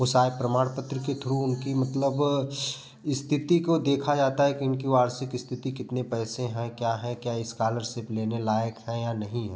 वो शायद प्रमाणपत्र के थ्रू उनकी मतलब स्थिति को देखा जाता है कि इनकी वार्षिक स्थिति कितने पैसे हैं क्या हैं क्या इस्कालरसिप लेने लायक हैं या नहीं हैं